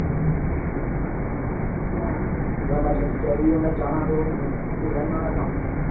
हां ते ऐमरजेंसी चाहिदी उन्नै जाना हा ते ओह् होएआ निं नुहाड़ा कम्म बी